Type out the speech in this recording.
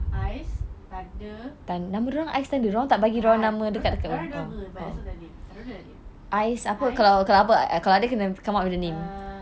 ice thunder bukan dia orang ada nama but I forgot their name I don't know their name ice um